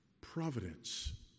providence